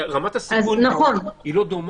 רמת הסיכון היא לא דומה.